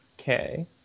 Okay